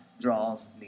draws